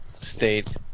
state